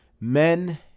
men